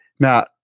Now